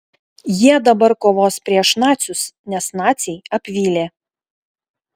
jie dabar kovos prieš nacius nes naciai apvylė